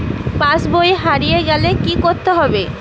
পাশবই হারিয়ে গেলে কি করতে হবে?